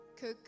cook